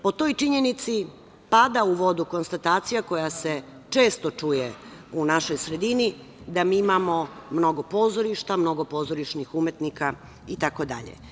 Po toj činjenici pada u vodu konstatacija koja se često čuje u našoj sredini da mi imamo mnogo pozorišta, mnogo pozorišnih umetnika itd.